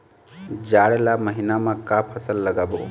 जाड़ ला महीना म का फसल लगाबो?